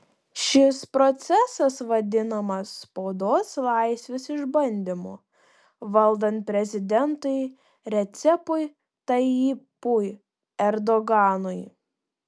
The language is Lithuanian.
šis procesas vadinamas spaudos laisvės išbandymu valdant prezidentui recepui tayyipui erdoganui